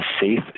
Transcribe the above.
safe